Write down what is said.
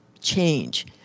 change